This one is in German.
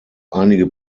einige